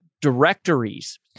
directories